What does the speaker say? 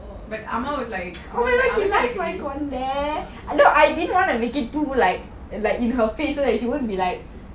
but ah ma was like அழகா இருக்குடி:alaga irukudi